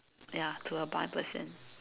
ya to a blind person